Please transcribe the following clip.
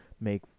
make